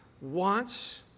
wants